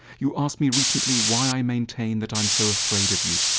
you asked me recently why i maintain that i'm so afraid of you.